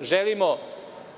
Želimo